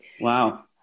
wow